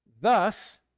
Thus